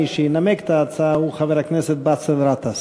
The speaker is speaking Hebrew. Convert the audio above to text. מי שינמק את ההצעה הוא חבר הכנסת באסל גטאס.